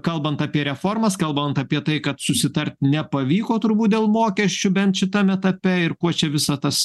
kalbant apie reformas kalbant apie tai kad susitart nepavyko turbūt dėl mokesčių bent šitam etape ir kuo čia visa tas